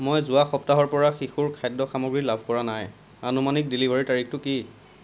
মই যোৱা সপ্তাহৰপৰা শিশুৰ খাদ্য সামগ্ৰী লাভ কৰা নাই আনুমানিক ডেলিভাৰীৰ তাৰিখটো কি